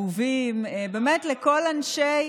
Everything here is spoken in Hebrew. ואהובים, באמת, לכל אנשי,